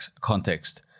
context